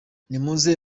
nimuze